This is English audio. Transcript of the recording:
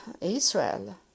Israel